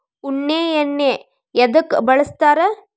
ಉಣ್ಣಿ ಎಣ್ಣಿ ಎದ್ಕ ಬಳಸ್ತಾರ್?